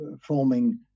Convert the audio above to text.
forming